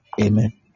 Amen